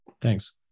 Thanks